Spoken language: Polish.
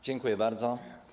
Dziękuję bardzo.